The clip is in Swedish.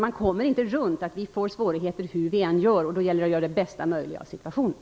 Man kan inte komma runt det. Vi får svårigheter hur vi än gör, och då gäller det att göra det bästa möjliga av situationen.